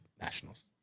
nationals